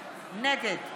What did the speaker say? נגד